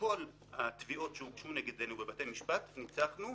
בכל התביעות שהוגשו נגדנו בבתי המשפט ניצחנו,